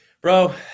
Bro